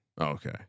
Okay